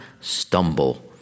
stumble